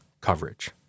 coverage